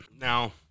Now